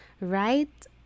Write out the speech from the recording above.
right